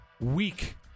week